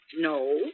No